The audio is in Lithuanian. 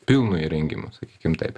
pilnu įrengimu sakykim taip